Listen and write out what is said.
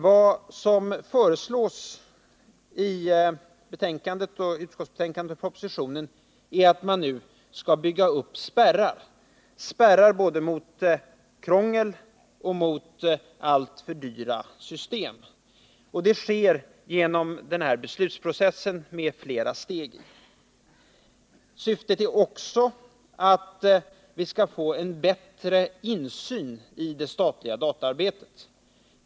Vad som föreslås i betänkandet och propositionen är att man nu skall bygga upp spärrar mot både krångel och alltför dyra system. Det sker genom en beslutsprocess med flera steg. Syftet är också att vi skall få en bättre insyn i det statliga dataarbetet.